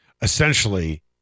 essentially